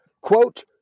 quote